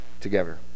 together